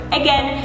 again